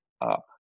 up